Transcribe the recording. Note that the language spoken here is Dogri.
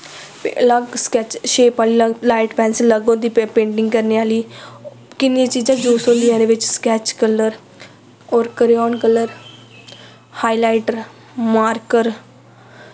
अलग स्कैच शेप अलग लाईट पैंसल अलग होंदी पेंटिंग करने आह्ली किन्नियां चीज़ां यूस होंदियां ओह्दे बिच्च स्कैच कलर होर करेआन कलर हाई लाईटर मार्कर